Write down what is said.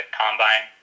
combine